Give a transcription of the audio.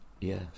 Yes